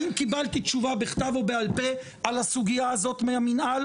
האם קיבלתי תשובה בכתב או בעל פה על הסוגיה הזו מהמנהל?